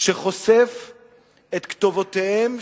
שחושף את כתובותיהם,